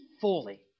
fully